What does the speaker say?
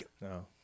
No